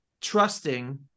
trusting